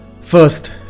First